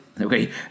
Okay